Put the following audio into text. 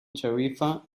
tarifa